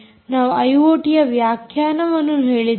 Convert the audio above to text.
ನಾವು ಐಓಟಿಯ ವ್ಯಾಖ್ಯಾನವನ್ನು ಹೇಳಿದ್ದೇವೆ